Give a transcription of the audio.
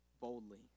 boldly